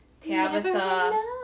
Tabitha